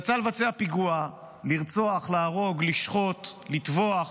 יצא לבצע פיגוע, לרצוח, להרוג, לשחות, לטבוח,